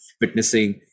witnessing